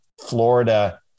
Florida